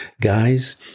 Guys